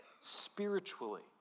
spiritually